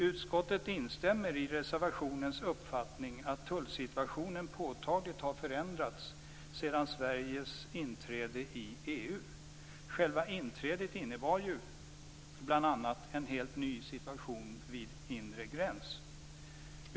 Utskottet instämmer i uppfattningen som framkommer i reservationen att tullsituationen påtagligt har förändrats sedan Sveriges inträde i EU. Själva inträdet innebar ju bl.a. en helt ny situation vid inre gräns.